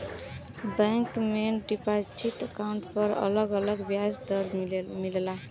bank में deposit account पर अलग अलग ब्याज दर मिलला